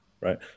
Right